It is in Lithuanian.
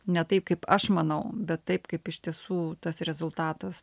ne taip kaip aš manau bet taip kaip iš tiesų tas rezultatas